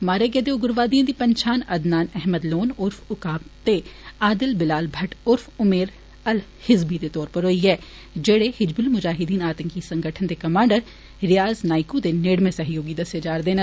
मारे गेदे उग्रवादिएं दी पंछान अदनान अहमद लोन उर्फ उक्काब ते आदिल बिलाल भट्ट उर्फ उम्मेर अल हिज्ज़बी दे तौर होई ऐ जेड़े हिज्बुल मुजाहिदीन आतंकी संगठन दे कमांडर रेयाज़ नायकू दे नेड़मे सहयोगी दस्से जा रदे न